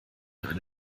eine